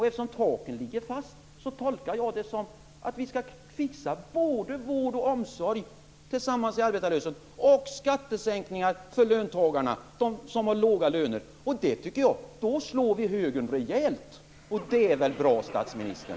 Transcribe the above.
Eftersom taken ligger fast tolkar jag det som att vi skall fixa både vård och omsorg tillsammans i arbetarrörelsen och skattesänkningar för de löntagare som har låga löner. Då slår vi högern rejält! Det är väl bra, statsministern!